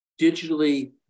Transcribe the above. digitally